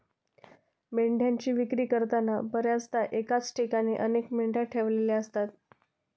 मेंढ्यांची विक्री करताना बर्याचदा एकाच ठिकाणी अनेक मेंढ्या ठेवलेल्या असतात